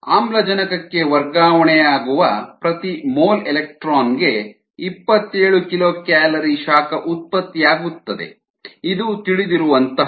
ಆಮ್ಲಜನಕಕ್ಕೆ ವರ್ಗಾವಣೆಯಾಗುವ ಪ್ರತಿ mole electron ಗೆ ಇಪ್ಪತ್ತೇಳು ಕಿಲೋಕ್ಯಾಲರಿ ಶಾಖ ಉತ್ಪತ್ತಿಯಾಗುತ್ತದೆ ಇದು ತಿಳಿದಿರುವಂಥಹುದು